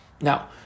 Now